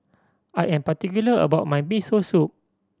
I am particular about my Miso Soup